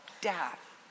death